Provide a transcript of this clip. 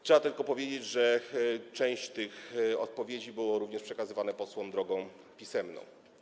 Trzeba tylko powiedzieć, że część odpowiedzi była również przekazywana posłom drogą pisemną.